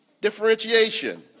Differentiation